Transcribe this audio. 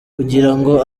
kugirango